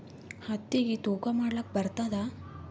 ಹತ್ತಿಗಿ ತೂಕಾ ಮಾಡಲಾಕ ಬರತ್ತಾದಾ?